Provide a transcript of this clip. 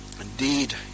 Indeed